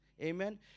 Amen